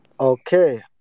okay